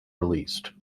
released